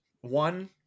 one